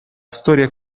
storia